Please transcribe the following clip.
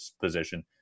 position